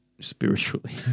spiritually